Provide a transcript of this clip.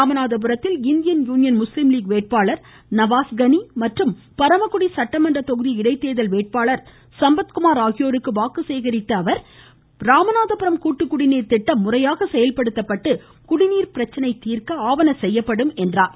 ராமநாதபுரத்தில் இந்திய Union Muslim League வேட்பாளர் நவாஸ் கனி மற்றும் பரமக்குடி சட்டமன்ற தொகுதி இடைத்தோதல் வேட்பாளர் சம்பத்குமார் ஆகியோருக்கு வாக்கு சேகரித்து பேசிய அவர் மேலும் ராமநாதபுரம் கூட்டுக்குடிநீர் திட்டம் முறையாக செயல்படுத்தப்பட்டு குடிநீர் பிரச்சினை தீர்க்கப்படும் என்றார்